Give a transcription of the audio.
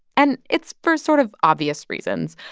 and it's for sort of obvious reasons.